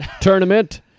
tournament